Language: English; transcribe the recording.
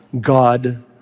God